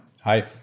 Hi